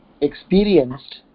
experienced